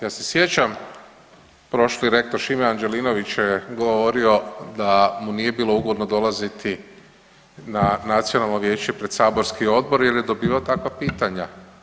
Ja se sjećam, prošli rektor Šime Anđelinović je govorio da mu nije bilo ugodno dolaziti na Nacionalno vijeće pred saborski odbor je je dobivao takva pitanja.